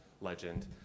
legend